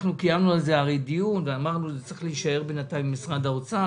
הרי קיימנו על זה דיון ואמרנו שזה צריך להישאר בינתיים במשרד האוצר.